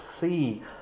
see